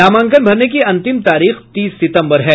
नामांकन भरने की अंतिम तारीख तीस सितम्बर है